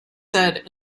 said